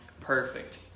perfect